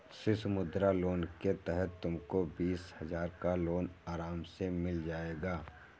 शिशु मुद्रा लोन के तहत तुमको बीस हजार का लोन आराम से मिल जाएगा